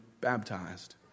baptized